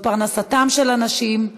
זו פרנסתם של אנשים,